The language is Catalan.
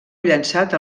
llançat